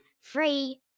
free